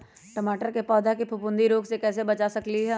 टमाटर के पौधा के फफूंदी रोग से कैसे बचा सकलियै ह?